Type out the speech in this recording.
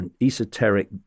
esoteric